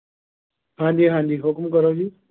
ਹਾਂਜੀ ਹਾਂਜੀ ਹੁਕਮ ਕਰੋ ਜੀ